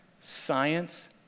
science